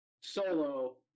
solo